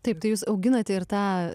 taip tai jūs auginat ir tą